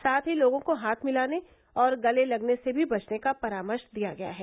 साथ ही लोगों को हाथ मिलाने और गले लगने से भी बचने का परामर्श दिया गया है